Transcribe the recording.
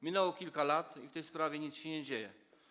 Minęło kilka lat i w tej sprawie nic się nie dzieje.